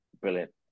Brilliant